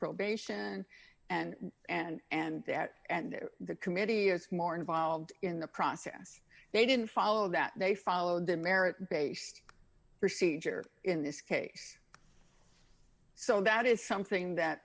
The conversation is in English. probation and and that and the committee is more involved in the process they didn't follow that they followed the merit based procedure in this case so that is something